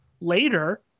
later